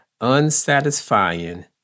unsatisfying